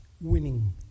Winning